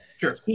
Sure